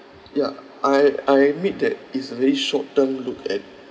ya I I admit that it's a very short term look at